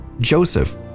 Joseph